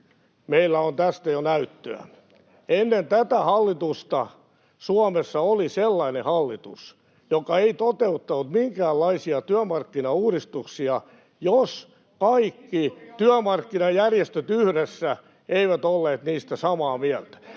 meillä on tästä jo näyttöä. Ennen tätä hallitusta Suomessa oli sellainen hallitus, joka ei toteuttanut minkäänlaisia työmarkkinauudistuksia, jos kaikki työmarkkinajärjestöt yhdessä eivät olleet niistä samaa mieltä.